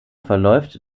verläuft